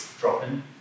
drop-in